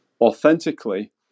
authentically